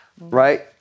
right